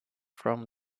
from